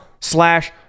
slash